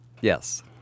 Yes